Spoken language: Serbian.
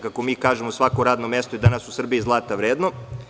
Kako mi kažemo, svako radno mesto je danas u Srbiji zlata vredno.